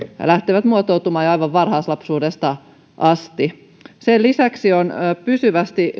lähtevät muotoutumaan jo aivan varhaislapsuudesta asti sen lisäksi nyt on pysyvästi